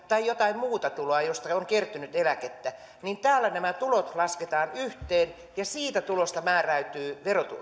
tai on jotain muuta tuloa josta on kertynyt eläkettä niin täällä nämä tulot lasketaan yhteen ja siitä tulosta määräytyy